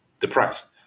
depressed